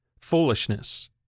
foolishness